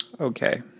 Okay